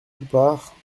toupart